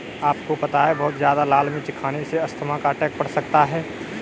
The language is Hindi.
आपको पता है बहुत ज्यादा लाल मिर्च खाने से अस्थमा का अटैक पड़ सकता है?